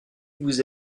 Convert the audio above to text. vous